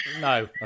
no